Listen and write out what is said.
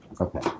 Okay